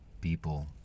people